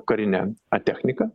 karinę techniką